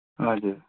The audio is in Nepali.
हजुर